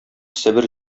себер